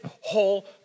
whole